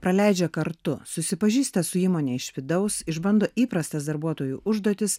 praleidžia kartu susipažįsta su įmone iš vidaus išbando įprastas darbuotojų užduotis